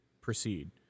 proceed